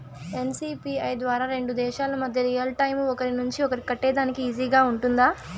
NCPI ద్వారా రెండు దేశాల మధ్య రియల్ టైము ఒకరి నుంచి ఒకరికి కట్టేదానికి ఈజీగా గా ఉంటుందా?